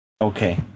okay